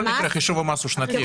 בכל מקרה חישוב המס הוא שנתי.